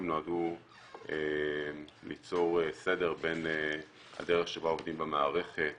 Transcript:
הן נועדו ליצור סדר בין הדרך שבה עובדים במערכת